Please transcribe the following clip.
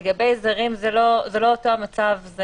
לגבי זרים, זה לא אותו מצב.